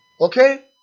Okay